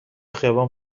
خیابون